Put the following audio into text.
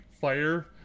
fire